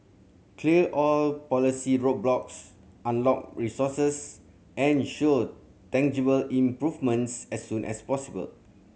clear all policy roadblocks unlock resources and show tangible improvements as soon as possible